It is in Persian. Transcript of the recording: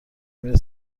میره